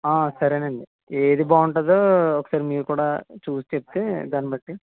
సరేనండి ఏది బాగుంటుందో ఒకసారి మీరు కూడా చూసి చెప్తే దాన్ని బట్టి